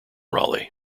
raleigh